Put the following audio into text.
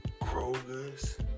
Kroger's